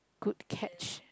good catch